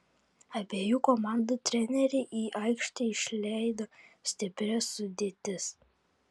abiejų komandų treneriai į aikštę išleido stiprias sudėtis